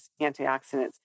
antioxidants